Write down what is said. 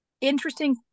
interesting